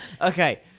Okay